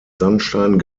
sandstein